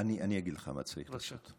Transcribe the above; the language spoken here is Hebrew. אני אגיד לך מה צריך לעשות.